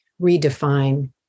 redefine